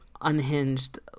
unhinged